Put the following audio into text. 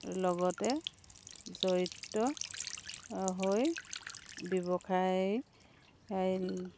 লগতে জড়িত হৈ ব্যৱসায়